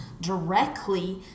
directly